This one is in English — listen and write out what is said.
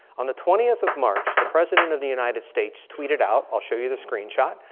on the twentieth of march, the president of the united states tweeted out. i'll show you the screenshot.